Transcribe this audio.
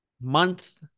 month